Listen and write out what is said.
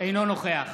אינו נוכח